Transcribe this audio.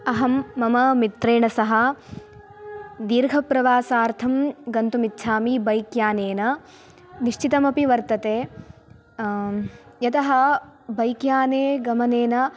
अहं मम मित्रेण सह दीर्घप्रवासार्थं गन्तुमिच्छामि बैक् यानेन निश्चितमपि वर्तते यतः बैक्याने गमनेन